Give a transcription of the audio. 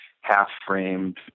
half-framed